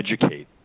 educate